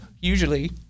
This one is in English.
usually